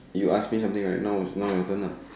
you ask me something right now your turn lah